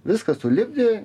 viską sulipdė